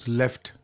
left